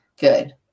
good